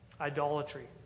idolatry